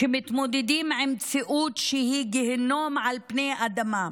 שמתמודדים עם מציאות שהיא גיהינום על פני האדמה,